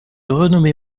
renommée